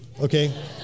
Okay